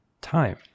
time